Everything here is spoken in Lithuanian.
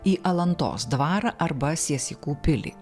į alantos dvarą arba siesikų pilį